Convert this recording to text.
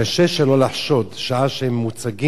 קשה שלא לחשוד, שעה שמוצגים